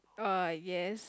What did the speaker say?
uh yes